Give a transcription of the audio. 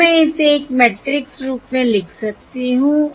अब मैं इसे एक मैट्रिक्स रूप में लिख सकती हूं